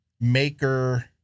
maker